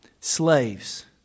slaves